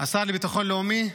השר לביטחון לאומי,